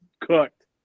cooked